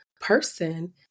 person